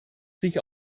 sich